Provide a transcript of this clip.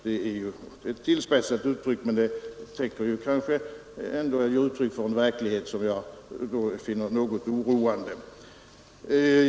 Det ger uttryck för en verklighet som jag finner något oroande.